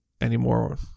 anymore